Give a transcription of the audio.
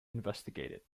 investigated